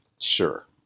sure